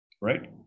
right